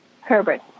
Herbert